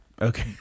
Okay